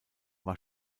war